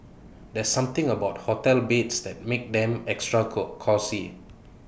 there's something about hotel beds that makes them extra co cosy